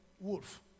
wolf